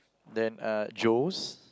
then uh Joe's